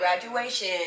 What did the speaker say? graduation